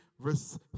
verse